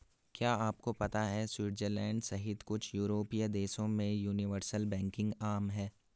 क्या आपको पता है स्विट्जरलैंड सहित कुछ यूरोपीय देशों में यूनिवर्सल बैंकिंग आम है?